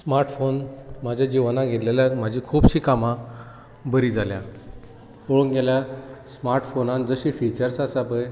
smart phone म्हज्या जिवनांत येलेल्याक म्हजी खूबशीं कामां बरीं जाल्यात पळोवंक गेल्यार स्मार्टफोनान जशे फिचर्स आसा पळय